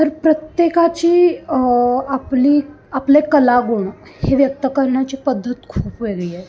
तर प्रत्येकाची आपली आपले कला गुण हे व्यक्त करण्याची पद्धत खूप वेगळी आहे